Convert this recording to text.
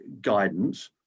guidance